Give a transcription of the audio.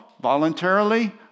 voluntarily